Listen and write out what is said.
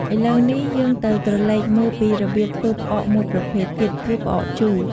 ឥឡូវនេះ យើងទៅក្រឡេកមើលពីរបៀបធ្វើផ្អកមួយប្រភេទទៀត គឺផ្អកជូរ។